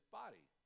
body